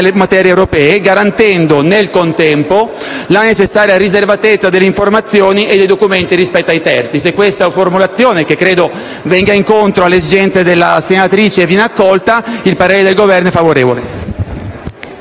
nelle materie europee, garantendo nel contempo la necessaria riservatezza delle informazioni e dei documenti rispetto ai terzi». Se questa riformulazione, che credo venga incontro alle esigenze della senatrice Montevecchi, verrà accolta, il parere del Governo è favorevole.